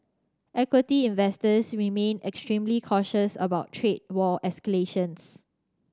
equity investors remain extremely cautious about trade war escalations